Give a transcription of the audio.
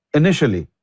initially